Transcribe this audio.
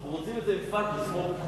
אנחנו רוצים את זה עם פקס, כמו היום.